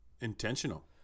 intentional